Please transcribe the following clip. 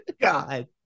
god